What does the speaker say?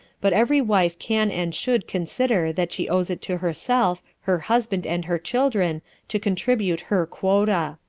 but every wife can and should consider that she owes it to herself, her husband and her children to contribute her quota.